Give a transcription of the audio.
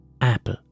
Apple